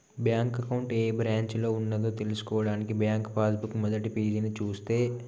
bank account ఏ బ్రాంచిలో ఉన్నదో తెల్సుకోవడానికి బ్యాంకు పాస్ బుక్ మొదటిపేజీని చూస్తే